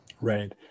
Right